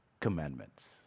commandments